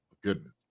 goodness